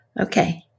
Okay